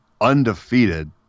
undefeated